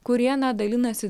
kurie dalinasi